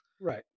Right